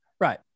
Right